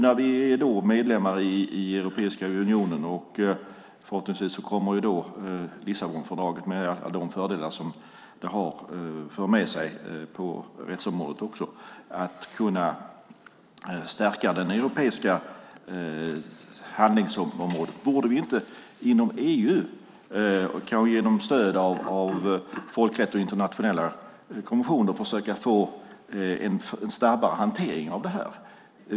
Nu är vi medlem i Europeiska unionen, och Lissabonfördraget, med de fördelar som det för med sig på rättsområdet, kommer förhoppningsvis att kunna stärka det europeiska handlingsområdet. Borde vi då inte inom EU genom stöd av folkrätt och internationella konventioner försöka få en snabbare hantering?